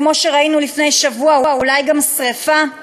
וכמו שראינו לפני שבוע אולי גם שרפה.